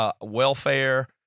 welfare